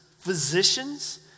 physicians